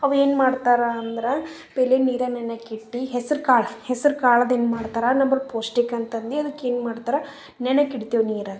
ಅವು ಏನು ಮಾಡ್ತಾರೆ ಅಂದ್ರೆ ಪೆಲೆ ನೀರಲ್ಲಿ ನೆನಕ್ಕಿಟ್ಟಿ ಹೆಸ್ರು ಕಾಳು ಹೆಸ್ರು ಕಾಳ್ದಿಂದ ಮಾಡ್ತಾರೆ ನಮ್ಗೆ ಪೌಷ್ಟಿಕ ಅಂತಂದು ಅದಕ್ಕೇನು ಮಾಡ್ತಾರೆ ನೆನೆಕ ಇಡ್ತೀವಿ ನೀರಾಗಿ